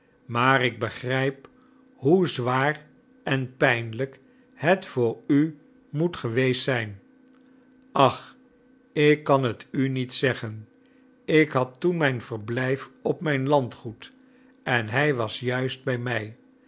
maar ik begrijp hoe zwaar en pijnlijk het voor u moet geweest zijn ach ik kan het u niet zeggen ik had toen mijn verblijf op mijn landgoed en hij was juist bij mij